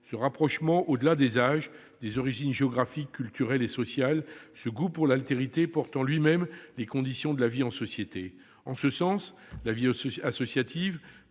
Ce rapprochement, au-delà des âges, des origines géographiques, culturelles et sociales, ce goût pour l'altérité, porte en lui-même les conditions de la vie en société. En ce sens, la vie associative,